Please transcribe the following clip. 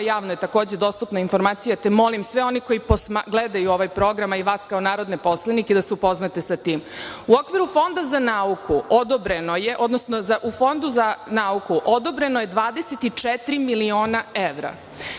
javno je takođe dostupna informacija, te molim sve one koji gledaju ovaj program, a i vas kao narodne poslanike, da se upoznate sa tim. U okviru Fonda za nauku odobreno je, odnosno u Fondu za nauku odobreno je 24 miliona evra